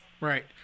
right